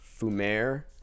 fumer